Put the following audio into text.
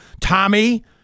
Tommy